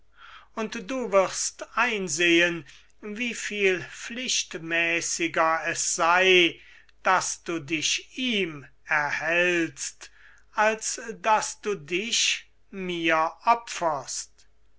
und du wirst einsehen wie viel pflichtmäßiger es sei daß du dich ihm erhältst als daß du dich mir